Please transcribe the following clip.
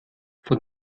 von